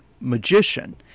magician